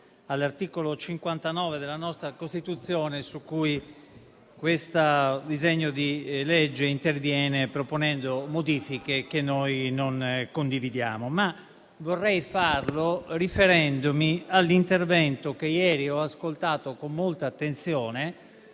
all'articolo 59 della nostra Costituzione, su cui questo disegno di legge interviene, proponendo modifiche che noi non condividiamo. Vorrei farlo, però, riferendomi all'intervento che ieri ho ascoltato con molta attenzione